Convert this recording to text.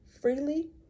freely